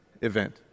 event